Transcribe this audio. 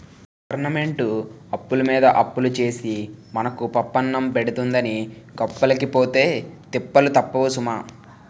ఈ గవరమెంటు అప్పులమీద అప్పులు సేసి మనకు పప్పన్నం పెడతందని గొప్పలకి పోతే తిప్పలు తప్పవు సుమా